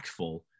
impactful